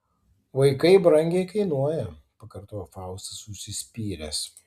vaikai brangiai kainuoja pakartoja faustas užsispyręs